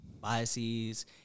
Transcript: biases